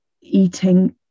eating